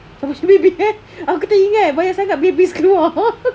aku tak ingat banyak sangat babies keluar